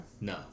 No